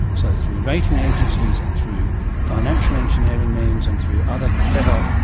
so through rating agencies and through financial engineering means and through other clever